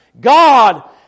God